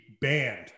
banned